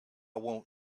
want